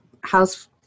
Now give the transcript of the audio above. house